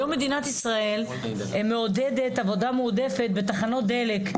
היום מדינת ישראל מעודדת עבודה מועדפת בתחנת דלק.